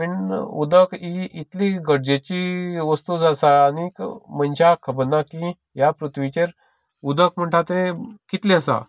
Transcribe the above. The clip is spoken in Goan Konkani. तेन्ना उदक इतली गरजेची वस्तू आसा आनी मनशाक खबर ना की ह्या पृथ्वीचेर उदक म्हणटा तें कितलें आसा